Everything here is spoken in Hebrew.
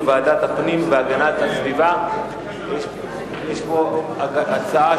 חוק הגנת הסביבה (שימוש מושכל במשאבי הטבע,